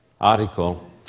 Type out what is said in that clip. article